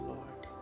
Lord